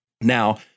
Now